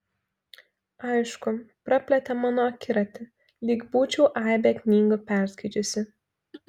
aišku praplėtė mano akiratį lyg būčiau aibę knygų perskaičiusi